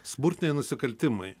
smurtiniai nusikaltimai